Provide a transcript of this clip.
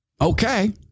okay